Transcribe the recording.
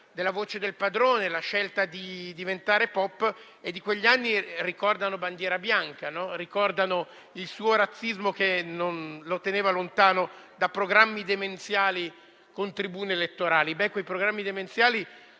de «La voce del padrone», la scelta di diventare pop e di quegli anni ricordano «Bandiera bianca», ricordano quel suo razzismo che lo teneva lontano da programmi demenziali con tribune elettorali.